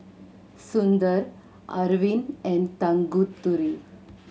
Sundar Arvind and Tanguturi